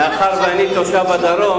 מאחר שאני תושב הדרום,